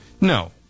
No